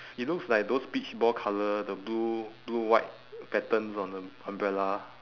it looks like those beach ball colour the blue blue white patterns on the umbrella